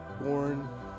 born